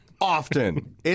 Often